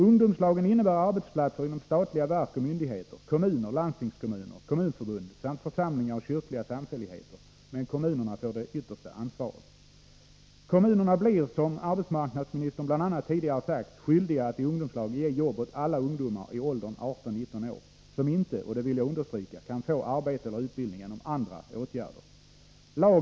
Ungdomslagen innebär arbetsplatser inom statliga verk och myndigheter, kommuner, landstingskommuner, kommunförbund samt församlingar och kyrkliga samfälligheter. Men kommunerna får det yttersta ansvaret. Kommunerna blir, som bl.a. arbetsmarknadsministern tidigare sagt, skyldiga att i ungdomslag ge jobb åt alla ungdomar i åldern 18-19 år som inte — och det vill jag understryka — kan få arbete eller utbildning genom andra åtgärder.